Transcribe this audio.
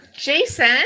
Jason